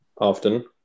often